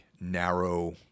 narrow